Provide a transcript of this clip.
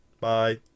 Bye